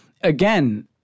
Again